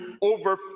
over